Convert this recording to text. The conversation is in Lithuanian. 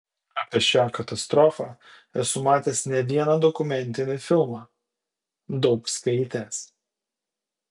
apie šią katastrofą esu matęs ne vieną dokumentinį filmą daug skaitęs